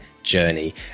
journey